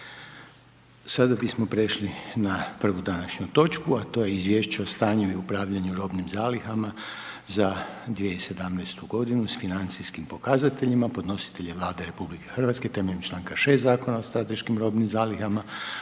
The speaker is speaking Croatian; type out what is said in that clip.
Sada bismo prešli na prvu današnju točku, a to je: - Izvješće o stanju i upravljanju robnim zalihama za 2017. godinu, s financijskim pokazateljima; podnositelj je Vlada RH temeljem čl. 6 Zakona o strateškim robnim zalihama.